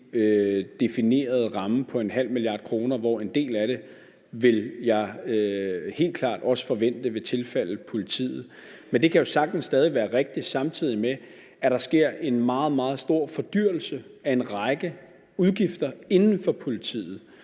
definerede ramme på 0,5 mia. kr., og jeg vil helt klart også forvente, at en del af det vil tilfalde politiet. Men det kan jo sagtens stadig være rigtigt, samtidig med at der sker en meget, meget stor fordyrelse af en række udgifter inden for politiet,